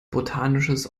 botanisches